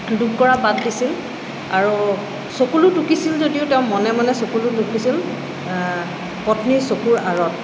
দুখ কৰা বাদ দিছিল আৰু চকুলো টুকিছিল যদিও তেওঁ মনে মনে চকুলো টুকিছিল পত্নীৰ চকুৰ আঁৰত